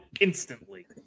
instantly